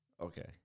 Okay